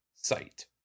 site